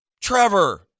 Trevor